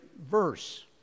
verse